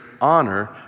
honor